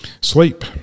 Sleep